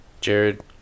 Jared